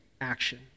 action